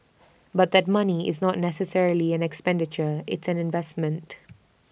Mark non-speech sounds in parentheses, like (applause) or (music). (noise) but that money is not necessarily an expenditure it's an investment